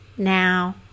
Now